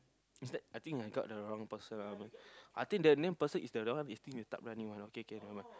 is that I think I got the wrong person ah I think the name person is the that one is think that you tak berani one okay okay never mind